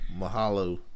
Mahalo